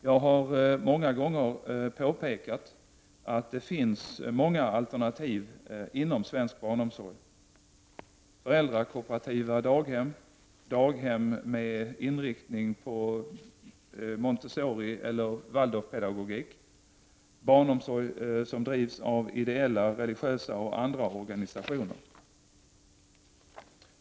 Jag har många gånger påpekat att det finns många alternativ inom svensk barnomsorg — föräldrakooperativa daghem, daghem med inriktning på Montessorieller Waldorfpedagogik, barnomsorg som drivs av ideella, religiösa eller andra organisationer.